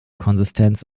konsistenz